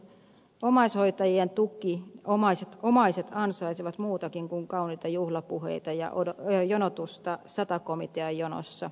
omaishoitajien tuki omaiset ansaitsevat muutakin kuin kauniita juhlapuheita ja jonotusta sata komitean jonossa